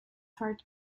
hart